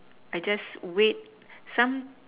I just wait some